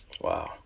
Wow